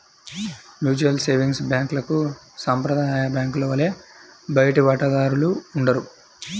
mutual savings బ్యాంక్లకు సాంప్రదాయ బ్యాంకుల వలె బయటి వాటాదారులు ఉండరు